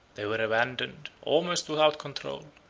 they were abandoned, almost without control,